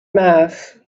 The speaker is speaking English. mass